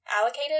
allocated